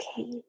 Okay